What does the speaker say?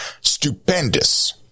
stupendous